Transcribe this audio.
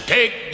Take